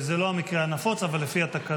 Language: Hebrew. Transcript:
זה לא המקרה הנפוץ, אבל אפשרי לפי התקנון.